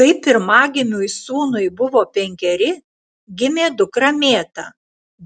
kai pirmagimiui sūnui buvo penkeri gimė dukra mėta